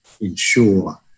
ensure